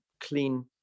clean